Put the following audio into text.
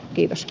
kiitos